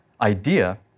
idea